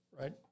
right